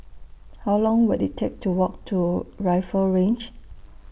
How Long Will IT Take to Walk to Rifle Range